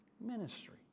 ministry